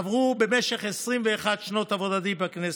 הם עברו במשך 21 שנות עבודתי בכנסת.